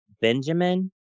Benjamin